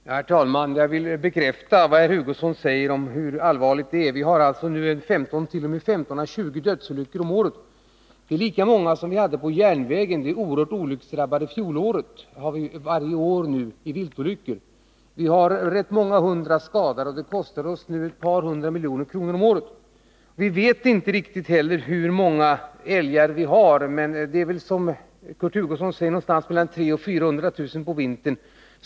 Herr talman! Jag vill bekräfta vad herr Hugosson säger om hur allvarligt läget är. Det inträffar alltså 15-20 dödsolyckor om året på grund av kollisioner med vilt. Lika många olyckor som inträffade på järnvägen det oerhört hårt olycksdrabbade fjolåret händer numera varje år på våra vägar i form av viltolyckor. Många hundra skadas varje år, och det kostar oss ett par hundra miljoner kronor om året. Vi vet inte riktigt hur många älgar det finns i landet, men antalet uppgår väl, som herr Hugosson säger, till mellan 300 000 och 400 000 vintertid.